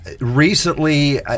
recently